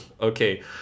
Okay